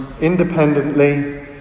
independently